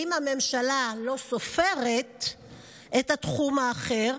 ואם הממשלה לא סופרת את התחום האחר,